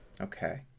Okay